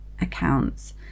accounts